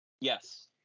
Yes